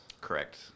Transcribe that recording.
Correct